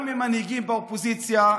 גם ממנהיגים באופוזיציה,